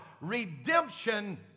redemption